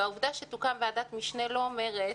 העובדה שתוקם ועדת משנה לא אומרת